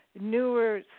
newer